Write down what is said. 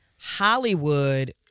Hollywood